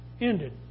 ended